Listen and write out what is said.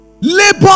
Labor